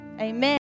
Amen